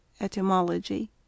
etymology